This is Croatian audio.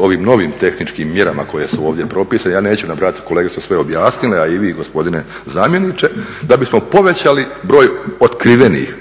ovim novim tehničkim mjerama koje su ovdje propisane, ja neću nabrajati, kolege su sve objasnili a i vi gospodine zamjeniče, da bismo povećali broj otkrivenih,